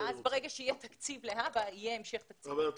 ברגע שיהי תקציב להבא יהיה תקציב אני לא רוצה לסייע לו,